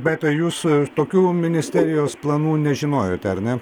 bet tai jūs tokių ministerijos planų nežinojote ar ne